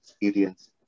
experience